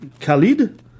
Khalid